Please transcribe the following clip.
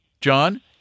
John